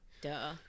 Duh